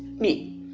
me